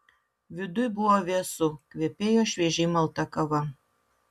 viduj buvo vėsu kvepėjo šviežiai malta kava